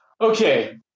Okay